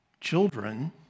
children